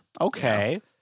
Okay